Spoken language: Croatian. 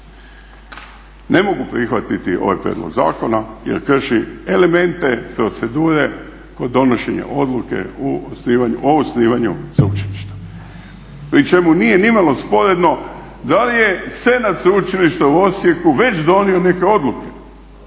Ne mogu prihvatiti ovaj prijedlog zakona jer krši elemente, procedure kod donošenja odluke o osnivanju sveučilišta pri čemu nije nimalo sporedno da li je Senat Sveučilišta u Osijeku već donio neke odluke,